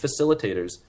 facilitators